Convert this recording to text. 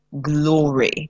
glory